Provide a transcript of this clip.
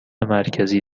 مرکزی